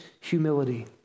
humility